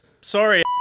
Sorry